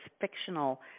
fictional